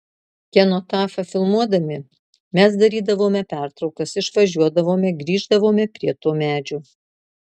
kenotafą filmuodami mes darydavome pertraukas išvažiuodavome grįždavome prie to medžio